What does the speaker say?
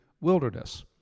wilderness